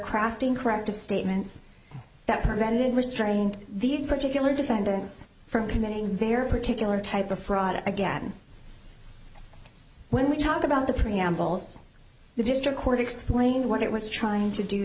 crafting corrective statements that prevented restraint these particular defendants from committing their particular type of fraud and again when we talk about the preambles the district court explain what it was trying to do